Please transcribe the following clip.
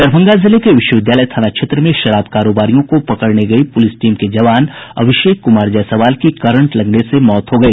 दरभंगा जिले के विश्वविद्यालय थाना क्षेत्र में शराब कारोबारियों को पकड़ने गई पुलिस टीम के जवान अभिषेक कुमार जायसवाल की करंट लगने से मौत हो गई